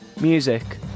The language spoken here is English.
Music